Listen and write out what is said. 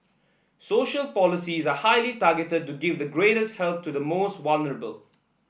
social policies are highly targeted to give the greatest help to the most vulnerable